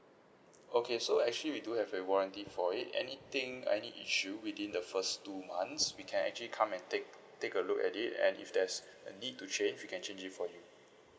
okay so actually we do have a warranty for it anything any issue within the first two months we can actually come and take take a look at it and if there's a need to change we can change it for you